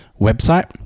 website